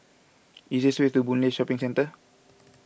easiest way to Boon Lay Shopping Centre